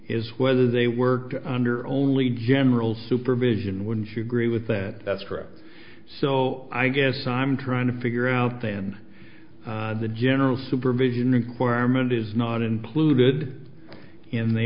is whether they work under only general supervision wouldn't you agree with that that's true so i guess i'm trying to figure out than the general supervision requirement is not in polluted in the